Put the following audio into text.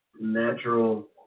natural